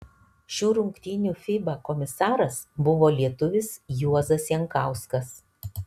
šių rungtynių fiba komisaras buvo lietuvis juozas jankauskas